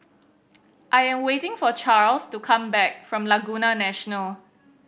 I am waiting for Charles to come back from Laguna National